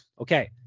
Okay